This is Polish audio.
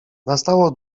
nastało